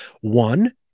one